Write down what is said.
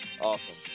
Awesome